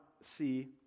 see